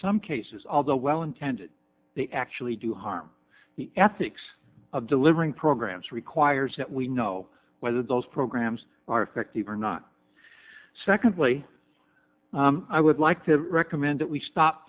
some cases although well intentioned they actually do harm the ethics of delivering programs requires that we know whether those programs are effective or not secondly i would like to recommend that we stop